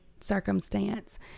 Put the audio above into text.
circumstance